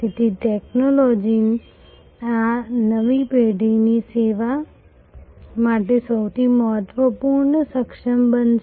તેથી ટેક્નોલોજી આ નવી પેઢીની સેવા માટે સૌથી મહત્વપૂર્ણ સક્ષમ બનશે